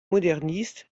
modernistes